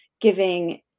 giving